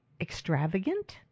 extravagant